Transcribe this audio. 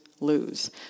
lose